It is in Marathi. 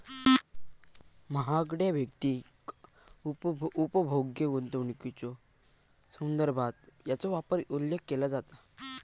महागड्या वैयक्तिक उपभोग्य गुंतवणुकीच्यो संदर्भात याचा वारंवार उल्लेख केला जाता